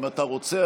אם אתה רוצה.